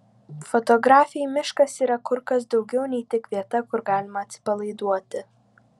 fotografei miškas yra kur kas daugiau nei tik vieta kur galima atsipalaiduoti